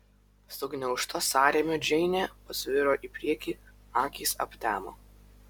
sugniaužta sąrėmio džeinė pasviro į priekį akys aptemo